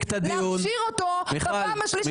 להכשיר אותו בפעם השלישית לגנוב מהציבור.